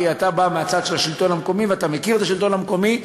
כי אתה בא מהצד של השלטון המקומי ואתה מכיר את השלטון המקומי.